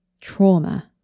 trauma